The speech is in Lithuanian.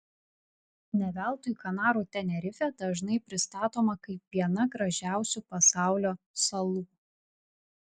ne veltui kanarų tenerifė dažnai pristatoma kaip viena gražiausių pasaulio salų